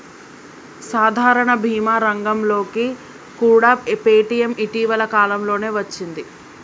సాధారణ భీమా రంగంలోకి కూడా పేటీఎం ఇటీవల కాలంలోనే వచ్చింది